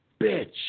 bitch